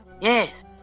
Yes